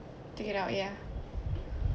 take it out ya